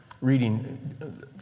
reading